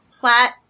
flat